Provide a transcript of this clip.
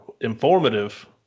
informative